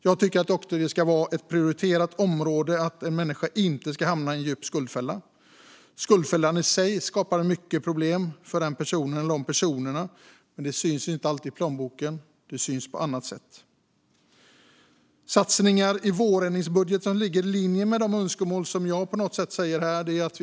Jag tycker att det ska vara ett prioriterat område att en människa inte ska hamna i en djup skuldfälla. Skuldfällan i sig skapar mycket problem för den personen. Men det syns inte alltid i plånboken. Det syns på annat sätt. Det finns satsningar i vårändringsbudgeten som ligger i linje med de önskemål som jag på något sätt har framfört här.